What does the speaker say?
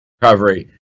recovery